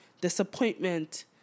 disappointment